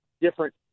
different